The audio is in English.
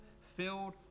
filled